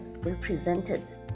represented